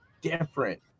different